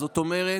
זאת אומרת,